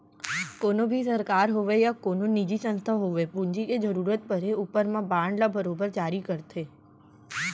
कोनों भी सरकार होवय या कोनो निजी संस्था होवय पूंजी के जरूरत परे ऊपर म बांड ल बरोबर जारी करथे